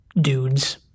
dudes